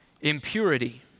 impurity